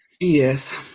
Yes